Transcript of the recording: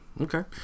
Okay